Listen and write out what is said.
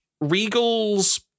Regal's